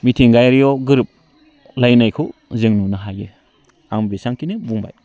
मिथिंगायारियाव गोरोबलानायखौ जों नुनो हायो आं एसेबांखिनिखौनो बुंबाय